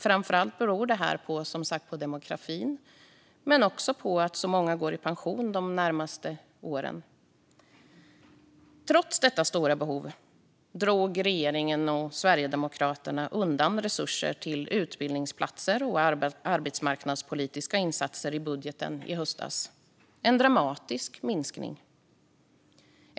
Framför allt beror det här som sagt på demografin men också på att så många går i pension de närmaste åren. Trots detta stora behov drog regeringen och Sverigedemokraterna undan resurser till utbildningsplatser och arbetsmarknadspolitiska insatser i budgeten i höstas. Det var en dramatisk minskning.